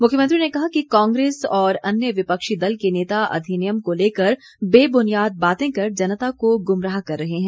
मुख्यमंत्री ने कहा कि कांग्रेस और अन्य विपक्षी दल के नेता अधिनियम को लेकर बेबुनियाद बातें कर जनता को गुमराह कर रहे हैं